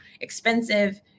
expensive